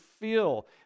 feel